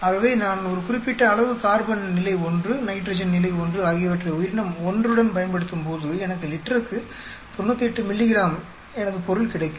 ஆகவே நான் ஒரு குறிப்பிட்ட அளவு கார்பன் நிலை 1 நைட்ரஜன் நிலை 1 ஆகியவற்றை உயிரினம் ஒன்றுடன் பயன்படுத்தும்போது எனக்கு லிட்டருக்கு 98 மில்லிகிராம் எனது பொருள் கிடைக்கும்